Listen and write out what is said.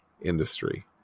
industry